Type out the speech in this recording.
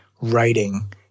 writing